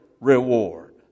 reward